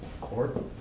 court